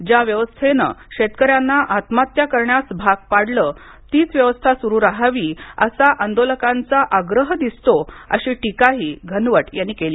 ज्या व्यवस्थेनं शेतकऱ्यांना आत्महत्या करण्यास भाग पाडलं तीच व्यवस्था सुरू रहावी असा आंदोलकांचा आग्रह दिसतो अशी टीकाही घनवट यांनी केली